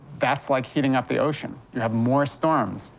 that's like heating up the ocean. you have more storms,